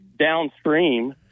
downstream